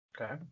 Okay